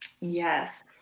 yes